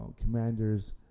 commander's